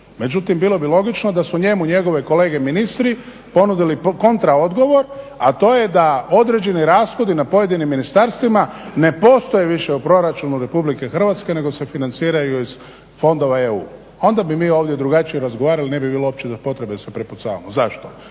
Međutim bilo bi logično da su njemu njegove kolege ministri ponudili kontra odgovor, a to je da određeni rashodi na pojedinim ministarstvima ne postoje više u proračunu u RH nego se financiraju iz fondova EU. Onda bi mi ovdje drugačije razgovarali i ne bi bilo uopće potrebe da se prepucavamo. Zašto?